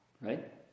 Right